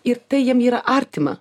ir tai jiem yra artima